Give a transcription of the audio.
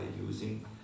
using